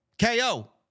KO